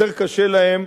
יותר קשה להם,